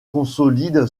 consolide